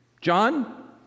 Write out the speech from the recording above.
John